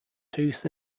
tooth